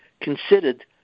considered